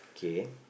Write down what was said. K